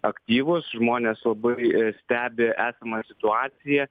aktyvūs žmonės labai stebi esamą situaciją